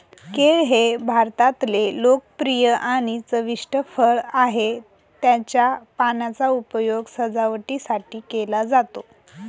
केळ हे भारतातले लोकप्रिय आणि चविष्ट फळ आहे, त्याच्या पानांचा उपयोग सजावटीसाठी केला जातो